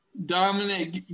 Dominic